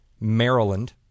Maryland